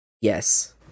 yes